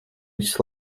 viss